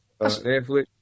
Netflix